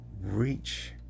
reach